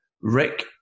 Rick